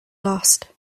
lost